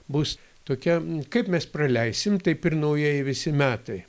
bus tokia kaip mes praleisim taip ir naujieji visi metai